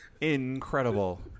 incredible